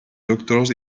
doctors